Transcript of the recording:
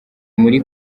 muri